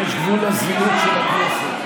יש גבול לזילות של הכנסת.